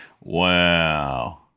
Wow